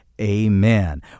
amen